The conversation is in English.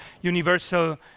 Universal